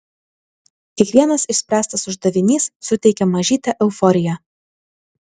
kiekvienas išspręstas uždavinys suteikia mažytę euforiją